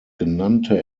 genannte